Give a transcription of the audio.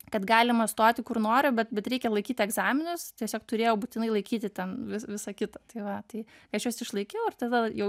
kad galima stoti kur noriu bet bet reikia laikyti egzaminus tiesiog turėjau būtinai laikyti ten vi visą kitą tai va tai aš juos išlaikiau ir tada jau